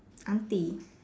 aunty